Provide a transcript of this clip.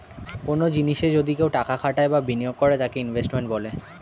কনো জিনিসে যদি কেউ টাকা খাটায় বা বিনিয়োগ করে তাকে ইনভেস্টমেন্ট বলে